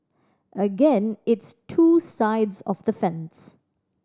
again it's two sides of the fence